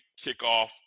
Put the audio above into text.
kickoff